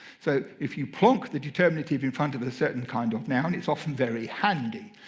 so if you plonk the determinative in front of a certain kind of noun, it's often very handy.